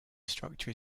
structure